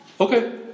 Okay